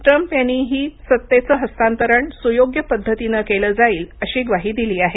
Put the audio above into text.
Trump यांनीही सत्तेचं हस्तांतरण सुयोग्य पद्धतीनं केलं जाईल अशी ग्वाही दिली आहे